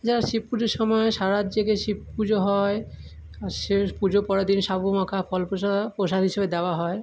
যারা শিব পুজোর সময় সারা রাত জেগে শিব পুজো হয় আর সে পুজো করার দিন সাবু মাখা ফল প্রসাদ হিসেবে দেওয়া হয়